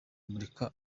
kumurika